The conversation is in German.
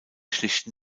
schlichten